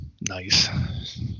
Nice